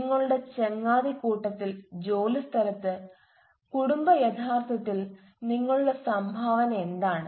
നിങ്ങളുടെ ചങ്ങാതിക്കൂട്ടത്തിൽ ജോലിസ്ഥലത്ത് കുടുംബ യഥാർഥത്തിൽ നിങ്ങളുടെ സംഭാവന എന്താണ്